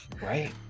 right